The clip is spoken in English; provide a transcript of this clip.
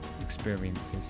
experiences